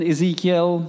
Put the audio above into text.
Ezekiel